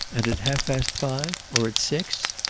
and at half-past five or at six?